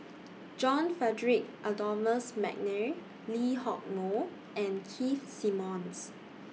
John Frederick Adolphus MC Nair Lee Hock Moh and Keith Simmons